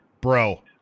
Bro